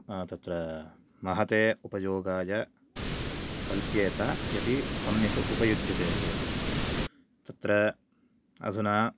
तत्र महते उपयोगाय कल्प्येत यदि सम्यक् उपयुज्यते चेत् तत्र अधुना